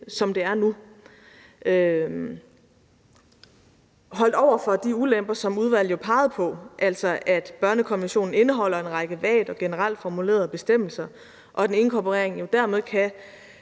som det er nu. Det kan holdes op imod de ulemper, som udvalget pegede på, altså at børnekonventionen indeholder en række vagt og generelt formulerede bestemmelser, og at en inkorporering jo dermed kan